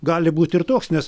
gali būti ir toks nes